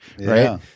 right